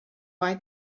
why